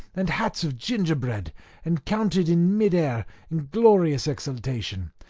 and hats of gingerbread encountered in mid air in glorious exaltation,